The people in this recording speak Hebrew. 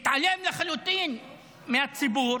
מתעלם לחלוטין מהציבור